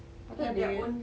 I thought they will